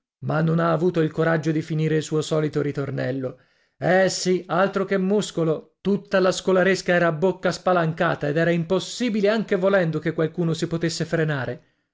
ma non ha avuto il coraggio di finire il suo solito ritornello eh sì altro che muscolo tutta la scolaresca era a bocca spalancata ed era impossibile anche volendo che qualcuno si potesse frenare